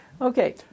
Okay